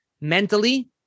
mentally